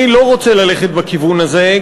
אני לא רוצה ללכת בכיוון הזה,